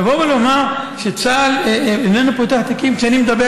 לבוא ולומר שצה"ל איננו פותח תיקים כשאני מדבר